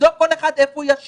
נבדוק איפה כל אחד ישב,